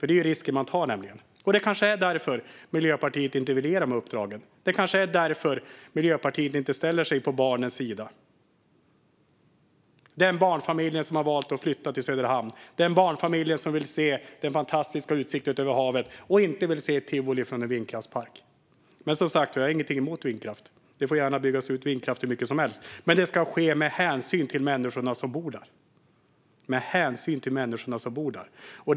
Det är ju risken man tar, och det kanske är därför Miljöpartiet inte vill ge de här uppdragen. Det kanske är därför Miljöpartiet inte ställer sig på barnens sida i den barnfamilj som har valt att flytta till Söderhamn och som vill se den fantastiska utsikten över havet, inte tivolit från en vindkraftspark. Jag har som sagt ingenting emot vindkraft. Den får gärna byggas ut hur mycket som helst, men det ska ske med hänsyn till människorna som bor i närheten.